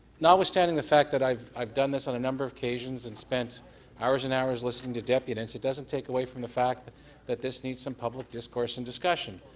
not withstanding the fact that i've i've done this on a number of occasions and spent hours and hours listening to deputants. it doesn't take away from the fact that this needs some public discourse and discussion.